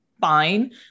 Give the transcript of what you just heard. fine